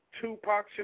Tupac